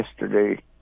yesterday